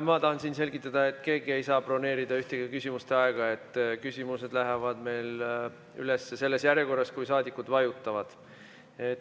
Ma tahan selgitada, et keegi ei saa broneerida ühtegi küsimuste aega. Küsimused lähevad meil üles selles järjekorras, kuidas saadikud [nupule] vajutavad.